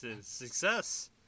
Success